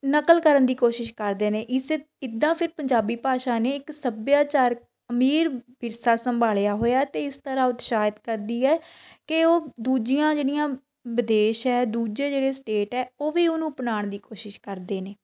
ਨਕਲ ਕਰਨ ਦੀ ਕੋਸ਼ਿਸ਼ ਕਰਦੇ ਨੇ ਇਸ ਇੱਦਾਂ ਫਿਰ ਪੰਜਾਬੀ ਭਾਸ਼ਾ ਨੇ ਇੱਕ ਸੱਭਿਆਚਰਕ ਅਮੀਰ ਵਿਰਸਾ ਸੰਭਾਲਿਆ ਹੋਇਆ ਅਤੇ ਇਸ ਤਰ੍ਹਾਂ ਉਤਸ਼ਾਹਿਤ ਕਰਦੀ ਹੈ ਕਿ ਉਹ ਦੂਜੀਆਂ ਜਿਹੜੀਆਂ ਵਿਦੇਸ਼ ਹੈ ਦੂਜੇ ਜਿਹੜੇ ਸਟੇਟ ਹੈ ਉਹ ਵੀ ਉਹਨੂੰ ਅਪਣਾਉਣ ਦੀ ਕੋਸ਼ਿਸ਼ ਕਰਦੇ ਨੇ